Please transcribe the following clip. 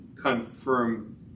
Confirm